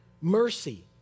mercy